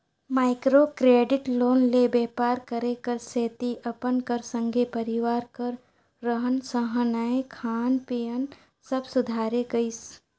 micro credit loan ले बेपार करे कर सेती अपन कर संघे परिवार कर रहन सहनए खान पीयन सब सुधारे गइस